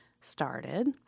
started